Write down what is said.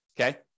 okay